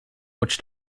rutscht